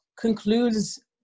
concludes